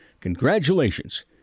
congratulations